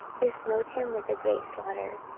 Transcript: who smote him with a great slaughter.